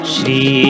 Shri